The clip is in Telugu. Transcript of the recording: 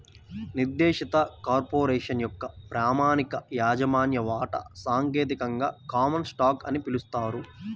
నిర్దేశిత కార్పొరేషన్ యొక్క ప్రామాణిక యాజమాన్య వాటా సాంకేతికంగా కామన్ స్టాక్ అని పిలుస్తారు